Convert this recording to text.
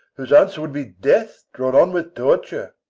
whose answer would be death, drawn on with torture.